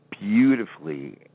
Beautifully